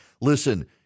Listen